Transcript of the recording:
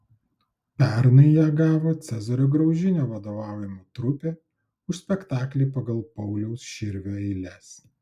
pernai ją gavo cezario graužinio vadovaujama trupė už spektaklį pagal pauliaus širvio eiles